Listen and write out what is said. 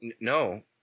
no